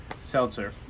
seltzer